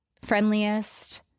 friendliest